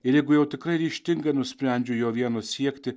ir jeigu jau tikrai ryžtingai nusprendžiu jo vieno siekti